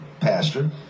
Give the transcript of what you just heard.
Pastor